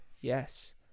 yes